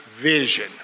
vision